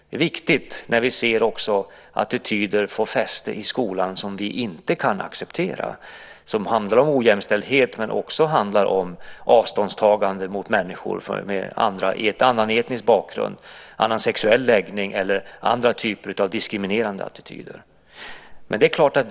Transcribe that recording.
Det är viktigt när vi ser att attityder får fäste i skolan som vi inte kan acceptera, som handlar om ojämställdhet men också om avståndstagande från människor med annan etnisk bakgrund och annan sexuell läggning eller andra typer av diskriminerande attityder.